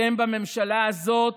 אתם בממשלה הזאת